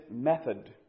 method